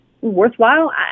worthwhile